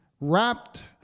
wrapped